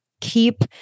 Keep